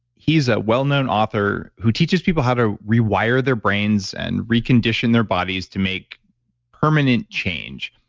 he's a wellknown author who teaches people how to rewire their brains and recondition their bodies to make permanent change.